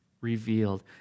revealed